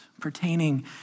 pertaining